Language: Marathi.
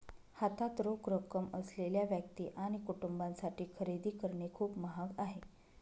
हातात रोख रक्कम असलेल्या व्यक्ती आणि कुटुंबांसाठी खरेदी करणे खूप महाग आहे